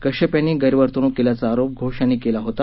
कश्यप यांनी गैरवर्तवणूक केल्याचा आरोप घोष यांनी केला होता